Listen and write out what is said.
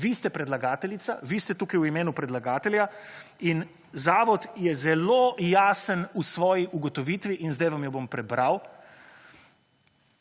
Vi ste predlagateljica, vi ste tukaj v imenu predlagatelja in zavod je zelo jasen v svoji ugotovitvi in zdaj vam jo bom prebral;